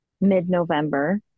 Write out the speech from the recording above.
mid-November